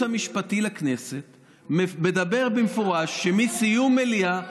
המשפטי לכנסת מדבר במפורש שמסיום מליאה,